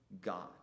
God